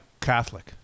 Catholic